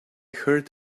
heard